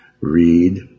read